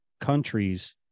countries